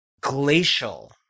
glacial